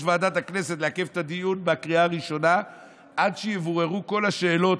ועדת הכנסת לעכב את הדיון בקריאה הראשונה עד שיבוררו כל השאלות,